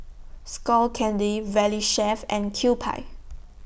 Skull Candy Valley Chef and Kewpie